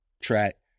track